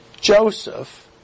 Joseph